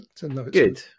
Good